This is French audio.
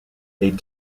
les